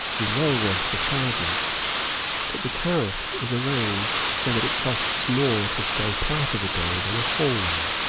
and well worth the charges but the tariff is arranged so that it costs more to stay part of a day than a whole one,